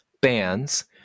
bands